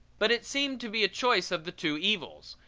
but it seemed to be a choice of the two evils,